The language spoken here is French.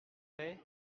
prêt